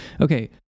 Okay